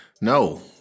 No